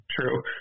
true